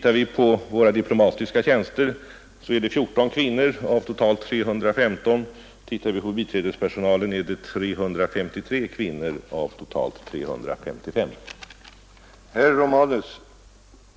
Av våra diplomatiska tjänster är 14 av totalt 315 besatta av kvinnor medan inom biträdespersonalen 353 av totalt 355 är kvinnor.